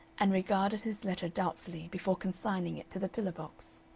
and regarded his letter doubtfully before consigning it to the pillar-box.